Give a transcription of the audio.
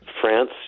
France